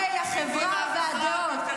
מכל חלקי החברה והדעות.